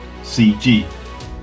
cg